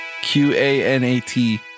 Q-A-N-A-T